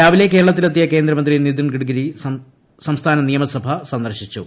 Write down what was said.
രാവിലെ കേരളത്തിലെത്തിയ കേന്ദ്രമന്ത്രി നിതിൻ ഗഡ്കരി സംസ്ഥാന നിയമസഭ സന്ദർശിച്ചു